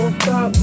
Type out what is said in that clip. stop